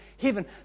heaven